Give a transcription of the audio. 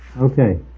Okay